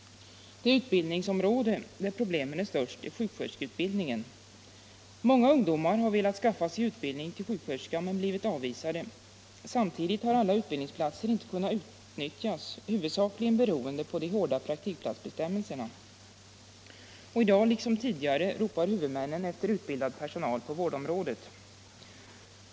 Det utbildningsområde där problemen är störst är sjuksköterskeutbildningen. Många ungdomar har velat skaffa sig utbildning till sjuksköterska men blivit avvisade. Samtidigt har alla utbildningsplatser inte kunnat utnyttjas, huvudsakligen beroende på de hårda praktikplatsbestämmelserna. Och i dag liksom tidigare ropar huvudmännen efter utbildad personal på vårdområdet.